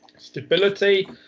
stability